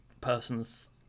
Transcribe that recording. person's